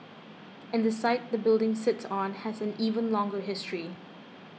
and the site the building sits on has an even longer history